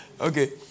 okay